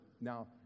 Now